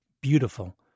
beautiful